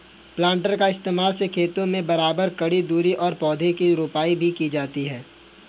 planter का इस्तेमाल से खेतों में बराबर ककी दूरी पर पौधा की रोपाई भी की जाती है